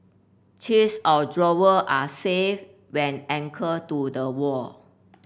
chests of drawer are safe when anchored to the wall